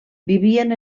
vivien